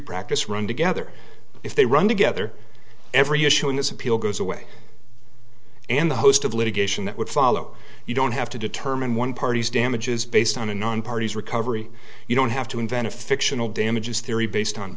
practice run together if they run together every issue in this appeal goes away and the host of litigation that would follow you don't have to determine one party's damages based on a non party's recovery you don't have to invent a fictional damages theory based on